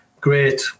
Great